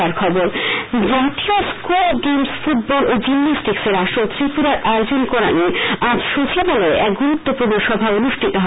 sports জাতীয় school games football ও জিমনাস্টিক্সের আসর ত্রিপুরায় আয়োজন করা নিয়ে আজ সচিবালয়ে এক গুরুত্বপূর্ণ সভা অনুষ্ঠিত হয়